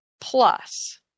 plus